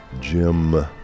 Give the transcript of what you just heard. Jim